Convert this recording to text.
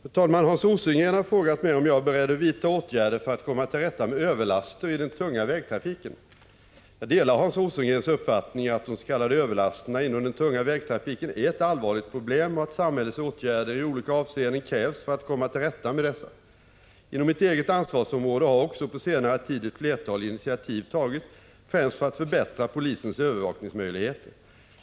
Fru talman! Hans Rosengren har frågat mig om jag är beredd att vidta åtgärder för att komma till rätta med överlaster i den tunga vägtrafiken. Jag delar Hans Rosengrens uppfattning att de s.k. överlasterna inom den tunga vägtrafiken är ett allvarligt problem och att samhällets åtgärder i olika avseenden krävs för att komma till rätta med dessa. Inom mitt eget ansvarsområde har också på senare tid ett flertal initiativ tagits, främst för att förbättra polisens övervakningsmöjligheter.